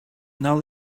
now